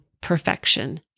perfection